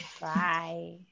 Bye